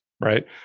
right